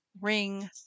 ring